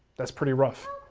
that's pretty rough.